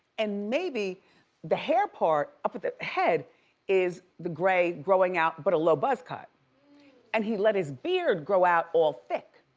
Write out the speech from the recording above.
and maybe the hair part up of the head is the gray growing out, but a low buzz cut and he let his beard grow out all thick,